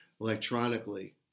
electronically